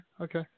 okay